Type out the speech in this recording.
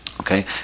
Okay